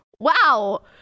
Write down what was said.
Wow